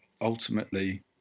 ultimately